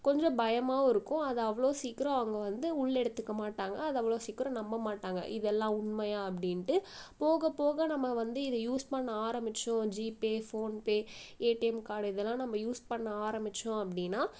கொஞ்சம் பயமாகவும் இருக்கும் அது அவ்வளோ சீக்கிரம் அவங்க வந்து உள்ளே எடுத்துக்க மாட்டாங்கள் அது அவ்வளோ சீக்கிரம் நம்ம மாட்டாங்கள் இதை எல்லாம் உண்மையான அப்படின்ட்டு போக போக நம்ம வந்து இதை யூஸ் பண்ண ஆரமிச்சோம் GPay PhonePe ATM card இதெல்லாம் நம்ம யூஸ் பண்ண ஆரமிச்சோம் அப்படின்னா